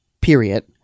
period